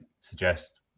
suggest